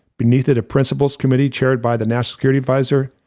beneath that, a principals committee chaired by the national security adviser,